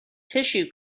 tissue